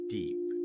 deep